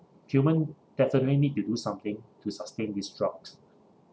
human definitely need to do something to sustain this drugs